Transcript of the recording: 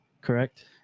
correct